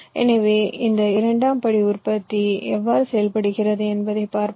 எனவே இந்த இரண்டாம் படி உற்பத்தி எவ்வாறு செயல்படுகிறது என்பதை பார்ப்போம்